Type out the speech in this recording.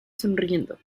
sonriendo